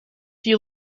you